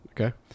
Okay